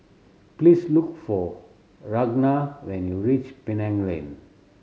please look for Ragna when you reach Penang Lane